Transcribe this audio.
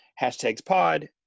HashtagsPod